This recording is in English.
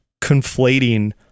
conflating